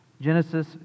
Genesis